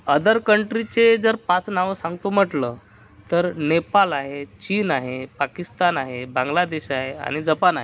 other कंट्रीचे जर पाच नावं सांगतो म्हटलं तर नेपाल आहे चीन आहे पाकिस्तान आहे बांगलादेश आहे आणि जपान आहे